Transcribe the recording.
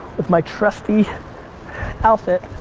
with my trusty outfit.